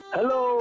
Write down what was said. Hello